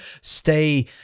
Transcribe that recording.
stay